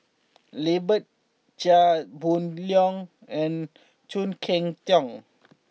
Lambert Chia Boon Leong and Khoo Cheng Tiong